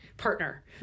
partner